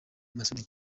masoudi